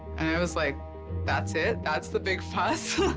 and i was like that's it! that's the big fuss!